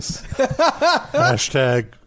Hashtag